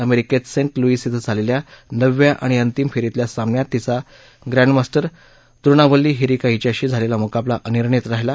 अमेरिकेत Saint Louis इथं झालेल्या नवव्या आणि अंतिम फेरीतल्या सामन्यात तिचा ग्रँडमास रे द्रोणावल्ली हरिका हिच्याशी झालेला मुकाबला अनिर्णित राहिला